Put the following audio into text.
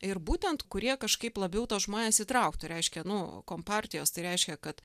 ir būtent kurie kažkaip labiau tuos žmones įtrauktų reiškia nu kompartijos tai reiškia kad